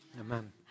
Amen